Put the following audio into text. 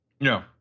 No